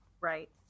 Right